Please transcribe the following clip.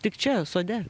tik čia sode